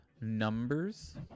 Numbers